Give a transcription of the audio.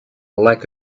lack